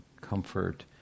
comfort